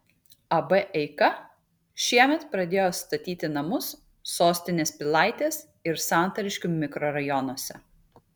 ab eika šiemet pradėjo statyti namus sostinės pilaitės ir santariškių mikrorajonuose